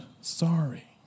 sorry